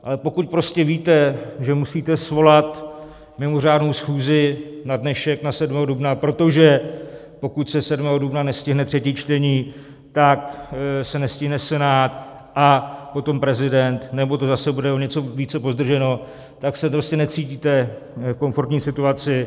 Ale pokud prostě víte, že musíte svolat mimořádnou schůzi na dnešek, na 7. dubna, protože pokud se 7. dubna nestihne třetí čtení, tak se nestihne Senát a potom prezident, nebo to zase bude o něco více pozdrženo, tak se prostě necítíte v komfortní situaci.